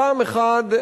טעם אחד,